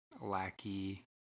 Lackey